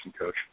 coach